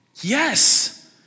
Yes